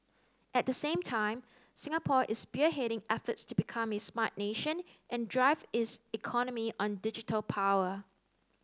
at the same time Singapore is spearheading efforts to become a smart nation and drive its economy on digital power